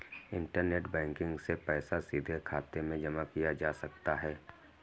internet banking से पैसा सीधे खाते में जमा किया जा सकता है